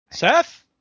Seth